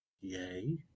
yay